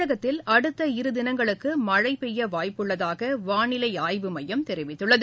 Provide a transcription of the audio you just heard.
தமிழகத்தில் அடுத்த இருதினங்களுக்கு மழை பெய்ய வாய்ப்புள்ளதாக வானிலை ஆய்வு மையம் தெரிவித்துள்ளது